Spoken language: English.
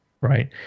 right